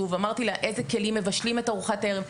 ושוב אמרתי לה - באיזה כלים מבשלים את ארוחת הערב?